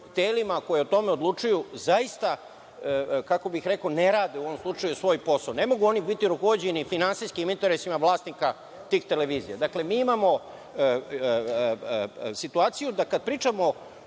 telima, koji o tome odlučuju, zaista kako bih rekao ne rade u ovom slučaju svoj posao. Ne mogu oni biti rukovođeni finansijskim interesima vlasnika tih televizija. Dakle, mi imamo situaciju da kada pričamo